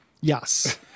Yes